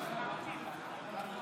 חברת הכנסת אורית מלכה